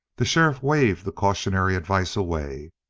the sheriff waved the cautionary advice away.